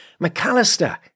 McAllister